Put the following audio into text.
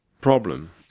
problem